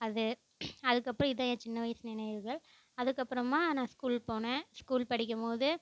அது அதுக்கப்புறம் இதுதான் என் சின்ன வயசு நினைவுகள் அதுக்கப்புறமா நான் ஸ்கூல் போனேன் ஸ்கூல் படிக்கும்போது